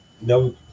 no